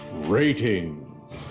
Ratings